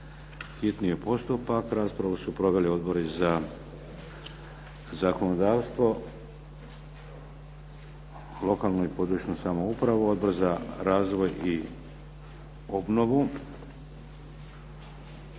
čitanje, P.Z. br. 300 Raspravu su proveli Odbori za zakonodavstvo, lokalnu i područnu samoupravu, Odbor za razvoj i obnovu.